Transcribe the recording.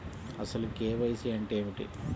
అసలు కే.వై.సి అంటే ఏమిటి?